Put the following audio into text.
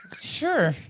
sure